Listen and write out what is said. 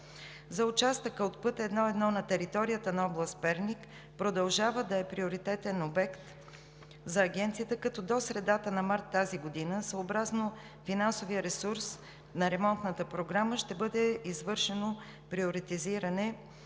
лв. Участъкът от път I-1 на територията на област Перник продължава да е приоритетен обект за Агенцията, като до средата на месец март тази година, съобразно финансовия ресурс на ремонтната програма, ще бъде извършено приоритизиране